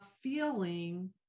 feeling